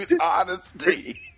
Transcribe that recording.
honesty